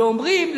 ואומרים,